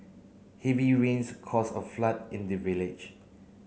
heavy rains caused a flood in the village